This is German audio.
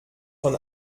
von